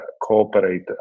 cooperate